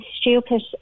stupid